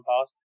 past